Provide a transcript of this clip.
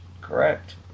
correct